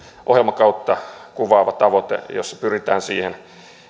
ohjelmakautta kuvaava tavoite jossa pyritään siihen